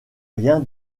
rien